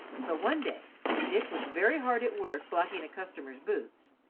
so one day when dick was very hard at work blacking a customer's boots,